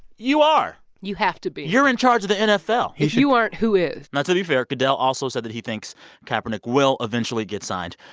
you are you have to be you're in charge of the nfl if you aren't, who is? now, to be fair, goodell also said that he thinks kaepernick will eventually get signed.